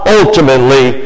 ultimately